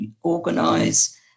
organise